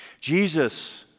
Jesus